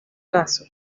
caso